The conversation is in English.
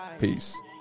Peace